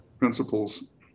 principles